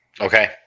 Okay